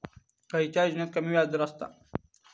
खयल्या योजनेत कमी व्याजदर असता?